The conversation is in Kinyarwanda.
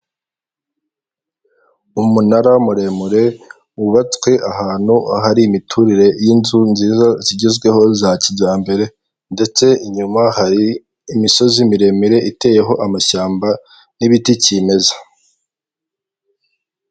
Umunara muremure wubatswe ahantu ahari imiturire y'inzu nziza zigezweho za kijyambere, ndetse inyuma hari imisozi miremire iteyeho amashyamba, n'ibiti kimeza.